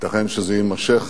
ייתכן שזה יימשך